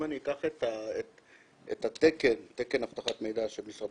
אם אני אקח את תקן אבטחת מידע של משרד